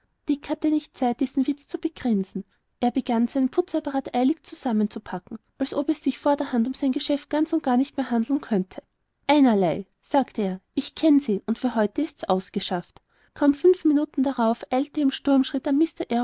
dick hatte nicht zeit diesen witz zu begrinsen er begann seinen putzapparat eilig zusammenzupacken als ob es sich vorderhand um sein geschäft ganz und gar nicht mehr handeln könnte einerlei sagte er ich kenn sie und für heut ist ausgeschafft kaum fünf minuten darauf eilte er im sturmschritt an